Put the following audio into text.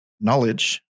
knowledge